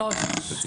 שלוש.